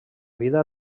vida